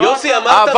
יוסי, אמרת משפט.